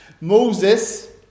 Moses